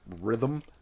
rhythm